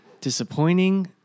disappointing